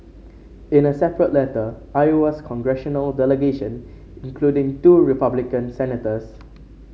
in a separate letter Iowa's congressional delegation including two Republican senators